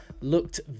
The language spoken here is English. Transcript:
looked